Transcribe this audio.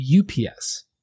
ups